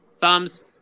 Thumbs